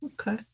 okay